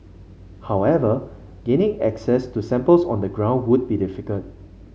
however gaining access to samples on the ground would be difficult